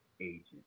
agent